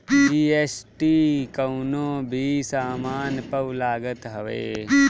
GST कवनो भी सामान पअ लागत हवे